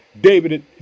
David